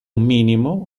minimo